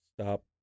stop